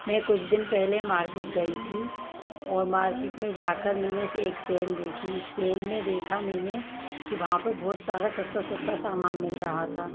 मैं कुछ दिन पहले मार्केट गई थी और मार्केट में जाकर मैंने से एक सेल देखी सेल में देखा मैंने कि वहाँ पर बहुत सारा सस्ता सस्ता सामान मिल रहा था